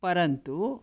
परन्तु